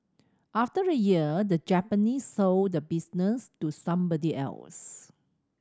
after a year the Japanese sold the business to somebody else